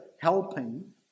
helping